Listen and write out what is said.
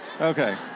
Okay